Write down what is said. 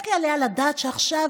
איך יעלה על הדעת שעכשיו,